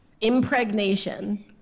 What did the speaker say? Impregnation